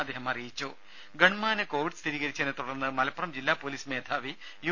രുമ ഗൺമാന് കോവിഡ് സ്ഥിരീകരിച്ചതിനെത്തുടർന്ന് മലപ്പുറം ജില്ലാ പൊലീസ് മേധാവി യു